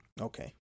Okay